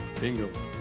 Bingo